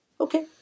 okay